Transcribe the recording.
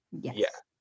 Yes